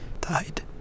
died